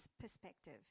perspective